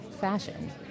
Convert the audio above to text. fashion